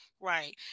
Right